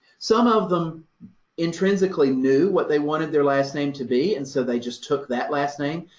some of them intrinsically knew what they wanted their last name to be and so they just took that last name.